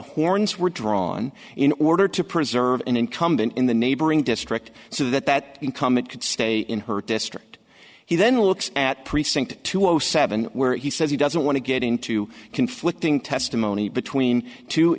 horns were drawn in order to preserve an incumbent in the neighboring district so that that incumbent could stay in her district he then looks at precinct two zero seven where he says he doesn't want to get into conflicting testimony between two